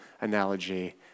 analogy